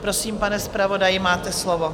Prosím, pane zpravodaji, máte slovo.